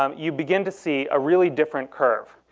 um you begin to see a really different curve.